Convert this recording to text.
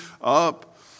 up